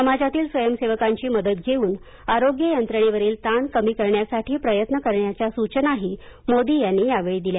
समाजातील स्वयंसेवकांची मदत घेऊन आरोग्य यंत्रणेवरील ताण कमी करण्यासाठी प्रयत्न करण्याच्या सूचनाही मोदी यांनी यावेळी केली